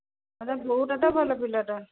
ବୋହୂଟାତ ଭଲ ପିଲାଟା